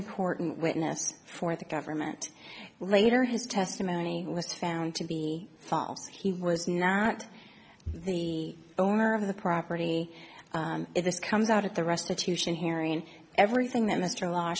important witness for the government later his testimony was found to be solved he was not the owner of the property if this comes out at the restitution hearing everything that mr la